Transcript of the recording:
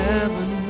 Heaven